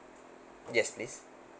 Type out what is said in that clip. yes please